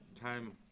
time